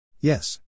Yes